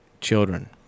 children